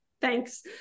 Thanks